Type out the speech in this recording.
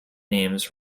names